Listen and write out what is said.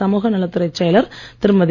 சமுக நலத்துறைச் செலயர் திருமதி